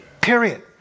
period